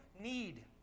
need